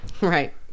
Right